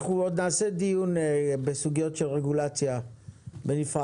אנחנו עוד נעשה דיון בסוגיות של רגולציה בנפרד.